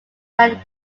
nine